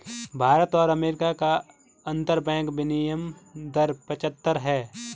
भारत और अमेरिका का अंतरबैंक विनियम दर पचहत्तर है